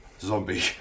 Zombie